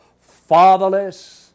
fatherless